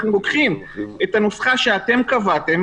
אנחנו לוקחים את הנוסחה שאתם קבעתם,